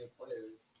players